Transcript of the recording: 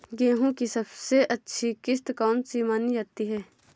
गेहूँ की सबसे अच्छी किश्त कौन सी मानी जाती है?